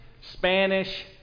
Spanish